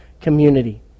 community